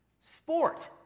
sport